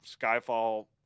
Skyfall